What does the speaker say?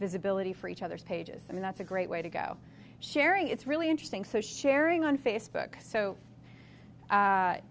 visibility for each other's pages i mean that's a great way to go sharing it's really interesting so sharing on facebook so